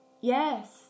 yes